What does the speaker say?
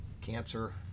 cancer